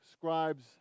scribes